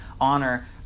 honor